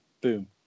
Boom